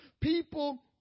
people